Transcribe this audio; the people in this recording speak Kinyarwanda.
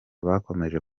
bakomeje